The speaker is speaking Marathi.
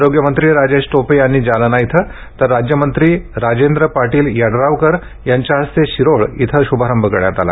आरोग्यमंत्री राजेश टोपे यांनी जालना इथं तर राज्यमंत्री राजेंद्र पाटील यड्रावकर यांच्या हस्ते शिरोळ इथं शुभारंभ करण्यात आला